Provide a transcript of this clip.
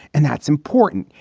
and that's important.